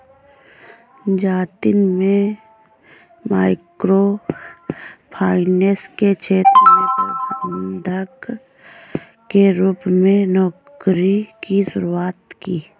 जतिन में micro finance के क्षेत्र में प्रबंधक के रूप में नौकरी की शुरुआत की